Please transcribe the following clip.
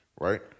right